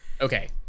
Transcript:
Okay